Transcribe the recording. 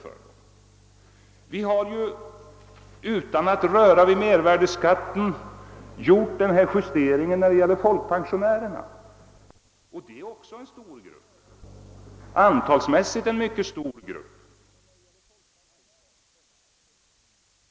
Vi har ju utan att röra vid mervärdeskatten gjort en justering när det gäller folkpensionärerna, och det är antalsmässigt en mycket stor grupp.